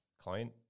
client